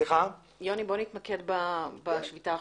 בוא נתמקד בשביתה עכשיו.